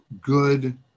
good